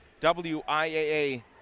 WIAA